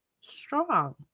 strong